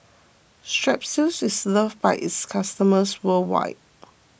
Strepsils is loved by its customers worldwide